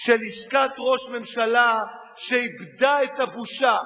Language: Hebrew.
של לשכת ראש ממשלה שאיבדה את הבושה,